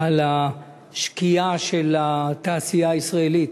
על השקיעה של התעשייה הישראלית,